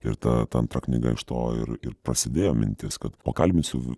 ir ta ta antra knyga iš to ir ir prasidėjo mintis kad pakalbinsiu